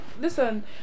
Listen